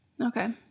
Okay